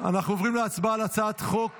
על הצעת חוק